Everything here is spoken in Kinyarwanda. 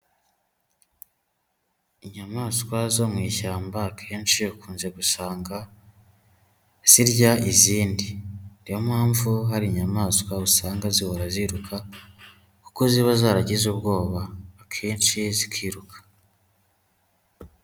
Inyamaswa zo mu ishyamba akenshi ukunze gusanga zirya izindi. Niyo mpamvu hari inyamaswa usanga zihora ziruka kuko ziba zaragize ubwoba, akenshi zikiruka.